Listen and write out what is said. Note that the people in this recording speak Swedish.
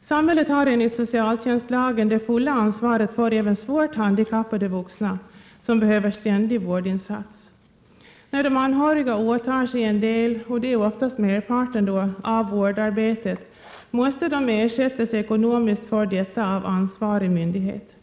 Samhället har enligt socialtjänstlagen det fulla ansvaret även för svårt handikappade vuxna som behöver ständig vård. När de anhöriga åtar sig en del— ofta merparten — av vårdarbetet, måste de ersättas ekonomiskt för detta av ansvarig myndighet.